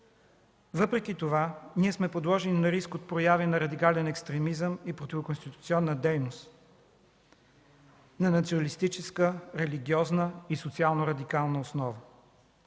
Въпреки това ние сме подложени на риск от прояви на радикален естремизъм и противоконституционна дейност, на националистическа, религиозна и социалнорадикална основа.